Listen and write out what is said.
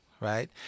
Right